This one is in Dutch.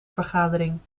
vergadering